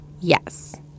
Yes